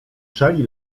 szali